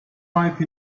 ripe